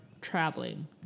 traveling